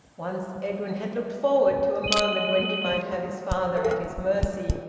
once edwin had looked forward to a moment when he might have his father at his mercy,